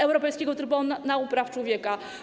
Europejskiego Trybunału Praw Człowieka.